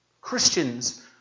Christians